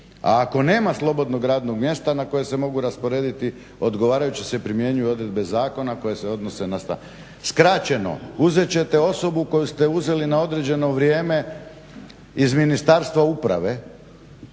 a ako nema slobodnog radnog mjesta na koje se mogu rasporediti odgovarajući se primjenjuju odredbe zakona, koje se odnose na …/Govornik se ne razumije./ …." Skraćeno, uzet ćete osobu koju ste uzeli na određeno vrijeme iz Ministarstva uprave,